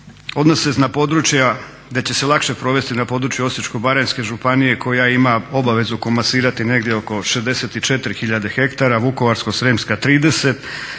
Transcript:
odnose na područja, da će se lakše provesti na području Osječko-baranjske županije koja ima obavezu komasirati negdje oko 64 hiljade hektara, Vukovarsko-srijemska 30,